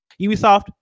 Ubisoft